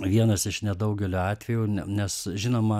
vienas iš nedaugelio atvejų ne nes žinoma